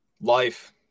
Life